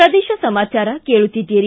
ಪ್ರದೇಶ ಸಮಾಚಾರ ಕೇಳುತ್ತೀದ್ದಿರಿ